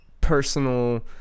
personal